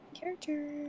character